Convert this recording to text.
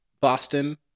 Boston